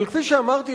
אבל כפי שאמרתי,